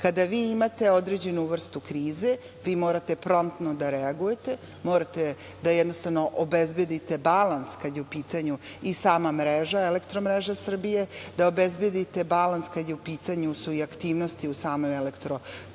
Kada vi imate određenu vrstu krize, vi morate promptno da reagujete, morate da obezbedite balans kada je u pitanju i sama mreža, elektromreža Srbije, da obezbedite balans kada su u pitanju i aktivnosti samoj Elektroprivredi